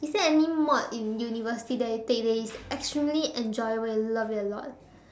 is there any mod in university that you take that is extremely enjoyable you love it a lot